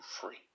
free